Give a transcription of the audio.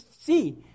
see